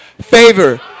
favor